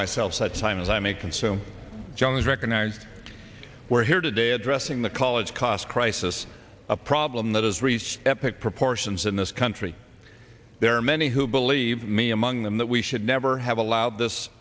myself such time as i may consume john and recognize we're here today addressing the college cost crisis a problem that has reached epic proportions in this country there are many who believe me among them that we should never have allowed this